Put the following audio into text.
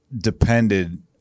depended